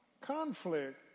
Conflict